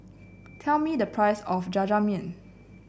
tell me the price of Jajangmyeon